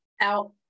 out